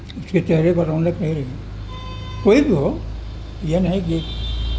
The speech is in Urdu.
اس کے چہرے پر رونق نہیں رہے گی کوئی بھی ہو یہ نہیں کہ